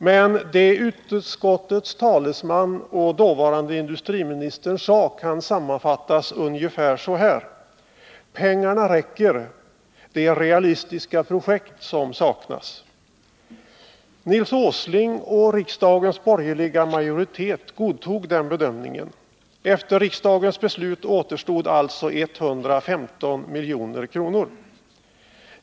Men vad utskottets talesman och dåvarande industriministern sade kan sammanfattas ungefär så här: Pengarna räcker. Det är realistiska projekt som saknas. Nils Åsling och riksdagens borgerliga majoritet godtog den bedömningen. Efter riksdagens beslut återstod alltså 115 milj.kr.